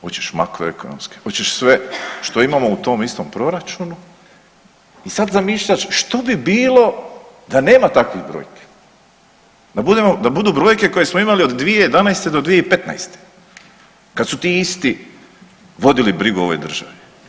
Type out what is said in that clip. Hoćeš makroekonomske, hoćeš sve što imamo u tom istom proračunu i sada zamišljaš što bi bilo da nema takvih brojke, da budu brojke koje smo imali od 2011. do 2015. kada su ti isti vodili brigu o ovoj državi.